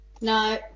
No